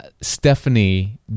Stephanie